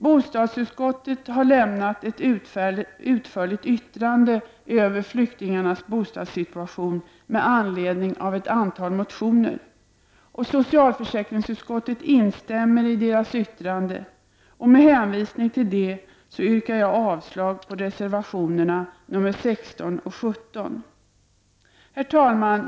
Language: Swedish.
Bostadsutskottet har lämnat ett utförligt yttrande över flyktingarnas bostadssituation med anledning av ett antal motioner. Socialförsäkringsutskottet instämmer i dess yttrande, och med hänvisning ti!l detta yrkar jag avslag på reservationerna nr 16 och 17. Herr talman!